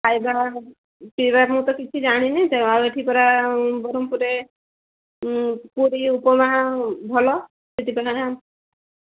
ଖାଇବା ପିଇବା ମୁଁ ତ କିଛି ଜାଣିନି ତେଣୁ ଆଉ ଏଠି ପରା ବରହମ୍ପୁରରେ ପୁରି ଉପମା ଭଲ ସେଥିପାଇଁ